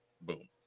boom